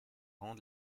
rangs